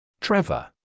Trevor